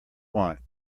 want